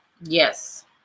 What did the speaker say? Yes